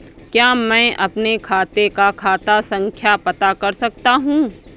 क्या मैं अपने खाते का खाता संख्या पता कर सकता हूँ?